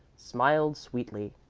smiled sweetly.